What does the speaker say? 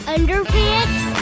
Underpants